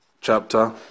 chapter